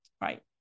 right